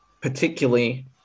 Particularly